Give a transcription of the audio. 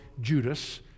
Judas